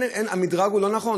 המדרג לא נכון.